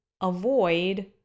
avoid